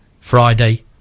Friday